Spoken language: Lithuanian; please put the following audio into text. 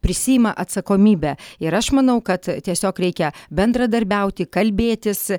prisiima atsakomybę ir aš manau kad tiesiog reikia bendradarbiauti kalbėtis